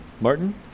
Martin